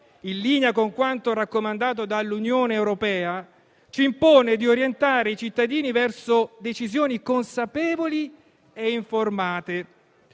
in linea con quanto raccomandato dall'Unione europea, ci impone di orientare i cittadini verso decisioni consapevoli e informate,